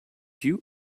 you